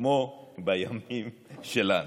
כמו בימים שלנו.